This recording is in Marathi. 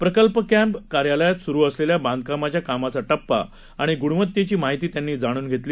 प्रकल्प कॅम्प कार्यालयात सुरु असलेल्या बांधकामाच्या कामाचा टप्पा आणि गुणवत्तेची माहिती त्यांनी जाणून घेतली